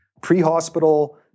pre-hospital